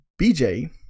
BJ